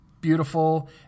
Beautiful